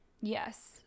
yes